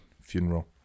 funeral